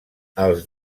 els